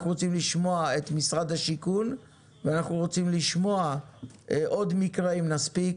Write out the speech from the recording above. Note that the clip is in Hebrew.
את משרד השיכון ואנחנו רוצים לשמוע עוד מקרה אם נספיק,